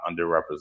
underrepresented